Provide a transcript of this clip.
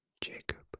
Jacob